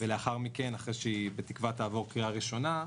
ולאחר מכן, אחרי שבתקווה היא תעבור קריאה ראשונה,